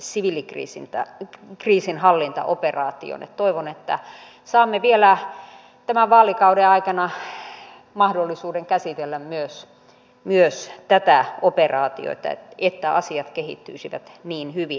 toivon että saamme vielä tämän vaalikauden aikana mahdollisuuden käsitellä myös tätä operaatiota että asiat kehittyisivät niin hyvin